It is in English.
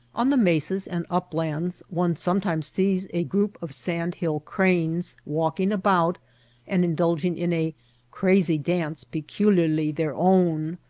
on the mesas and uplands one sometimes sees a group of sand-hill cranes walking about and indulging in a crazy dance peculiarly their own,